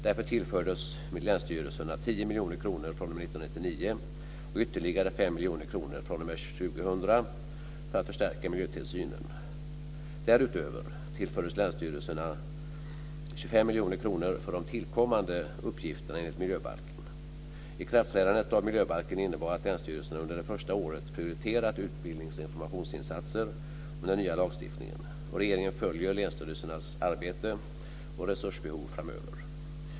Därför tillfördes länsstyrelserna 10 miljoner kronor fr.o.m. 1999 och ytterligare 5 miljoner kronor fr.o.m. 2000 för att förstärka miljötillsynen. Därutöver tillfördes länsstyrelserna 25 miljoner kronor för de tillkommande uppgifterna enligt miljöbalken. Ikraftträdandet av miljöbalken innebar att länsstyrelserna under det första året prioriterat utbildnings och informationsinsatser om den nya lagstiftningen. Regeringen följer länsstyrelsernas arbete och resursbehov framöver.